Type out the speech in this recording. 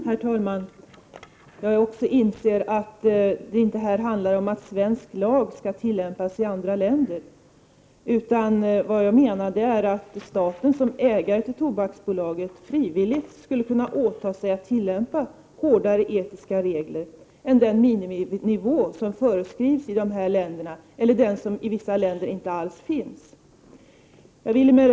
Herr talman! Jag inser att det inte handlar om att svensk lag skall tillämpas i andra länder. Vad jag menar är att staten som ägare till Tobaksbolaget frivilligt skulle kunna åta sig att tillämpa hårdare etiska regler än den Prot. 1988/89:92 miniminivå som föreskrivs i dessa länder eller som i vissa länder inte alls 7 april 1989 finns.